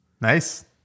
Nice